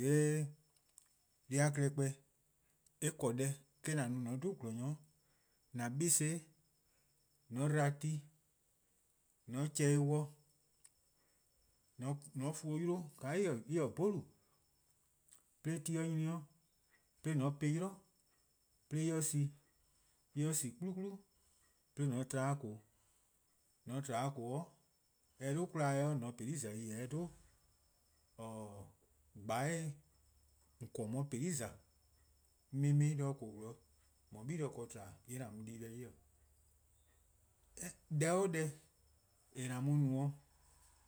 :Yee' deh+-a klehkpeh eh 'ble deh :an no-a mor :on 'dhu :gwlor-nyor. :an 'beleh, 'de :an dba tu+, 'de 'chehn-dih dih, 'de :an fuo 'yluh :ka en :ne-a 'bona:, 'de :mor ti 'nyne 'o 'de :an po-ih 'yli 'de en sin, :mor en sin 'kplukplu', 'de :an tba 'o :koo:, :mor :on tba 'o :koo:, :mor eh 'dhu 'kalae :yee' :on se-' peli' :zai', jorwor: :mor eh 'duh :gbaih :yee' :on :korn :on 'ye :peli' :za 'minmin' 'de :koo: 'zorn :on 'ye gle ken :tba-dih 'de :on 'ye dii-deh 'ye. deh 'o deh :an mu-a no-'